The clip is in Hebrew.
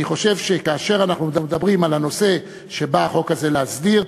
אני חושב שכאשר אנחנו מדברים על הנושא שבא החוק הזה להסדיר,